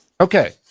Okay